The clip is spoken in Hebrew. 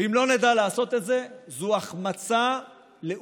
ואם לא נדע לעשות את זה, זו החמצה לאומית.